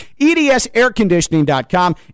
EDSAirConditioning.com